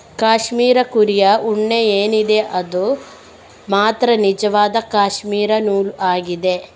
cashmere ಕುರಿಯ ಉಣ್ಣೆ ಏನಿದೆ ಅದು ಮಾತ್ರ ನಿಜವಾದ ಕ್ಯಾಶ್ಮೀರ್ ನೂಲು ಆಗಿದೆ